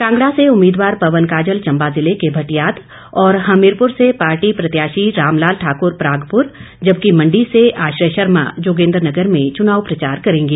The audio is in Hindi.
कांगड़ा से उम्मीदवार पवन काजल चंबा जिले के भटियात और हमीरपुर से पार्टी प्रत्याशी रामलाल ठाकुर प्रागपुर जबकि मंडी से आश्रय शर्मा जोगिन्द्र नगर में चुनाव प्रचार करेंगे